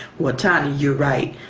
well tonya, you're right.